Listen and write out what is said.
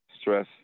stress